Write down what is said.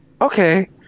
okay